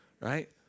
right